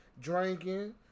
Drinking